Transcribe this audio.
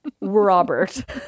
Robert